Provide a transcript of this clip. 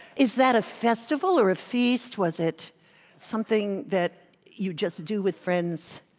is that a festival or a feast? was it something that you just do with friends?